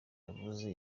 yavuze